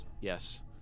Yes